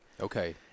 Okay